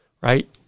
right